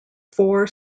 four